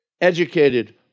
educated